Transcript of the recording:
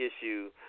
issue